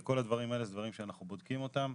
כל הדברים אלה זה דברים שאנחנו בודקים אותם.